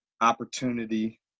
opportunity